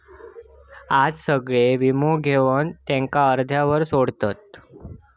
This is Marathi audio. आज सगळे वीमो घेवन त्याका अर्ध्यावर सोडतत